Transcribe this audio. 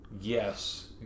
Yes